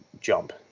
jump